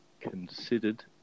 considered